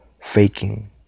faking